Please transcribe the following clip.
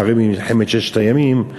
אחרי מלחמת ששת הימים,